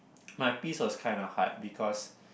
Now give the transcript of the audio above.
my piece was kinda hard because